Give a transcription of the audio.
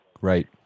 Right